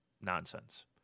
nonsense